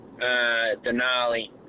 Denali